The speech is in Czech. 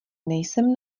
nejsem